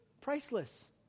priceless